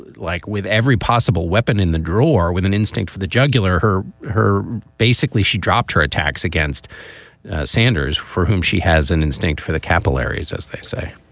like with every possible weapon in the drawer with an instinct for the jugular, her her basically she dropped her attacks against sanders, for whom she has an instinct for the capillaries, as they say